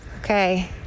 Okay